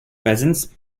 peasants